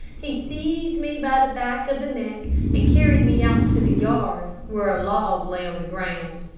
he seized me by the back of the neck and carried me out to the yard where a log lay on the ground.